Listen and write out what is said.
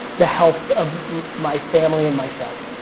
the health of my family and myself.